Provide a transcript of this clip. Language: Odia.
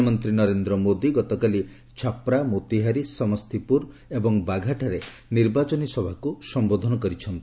ପ୍ରଧାନମନ୍ତ୍ରୀ ନରେନ୍ଦ୍ର ମୋଦି ଆଜି ଛାପ୍ରା ମୋତିହାରୀ ସମସ୍ତିପୁର ଏବଂ ବାଘାଠାରେ ନିର୍ବାଚନୀ ସଭାକୁ ସମ୍ଭୋଧନ କରିଛନ୍ତି